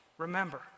remember